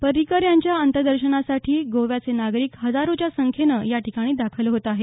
पर्रिकर यांच्या अंत्यदर्शनासाठी गोव्याचे नागरिक हजारोच्या संख्येनं याठिकाणी दाखल होत आहेत